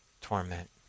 torment